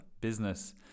business